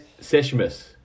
Seshmas